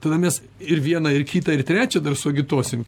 tada mes ir vieną ir kitą ir trečią dar suagituosim